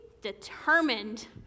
determined